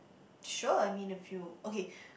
sure I mean if you okay